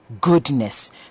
goodness